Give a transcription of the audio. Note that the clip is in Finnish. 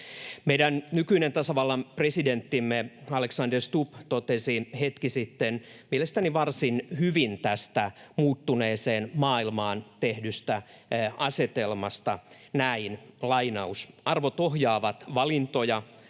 Meidän nykyinen tasavallan presidenttimme Alexander Stubb totesi hetki sitten mielestäni varsin hyvin tästä muuttuneeseen maailmaan tehdystä asetelmasta näin: ”Arvot ohjaavat valintoja,